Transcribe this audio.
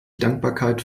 dankbarkeit